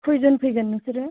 खयजन फैगोन नोंसोरो